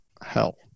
hell